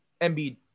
Embiid